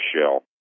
shell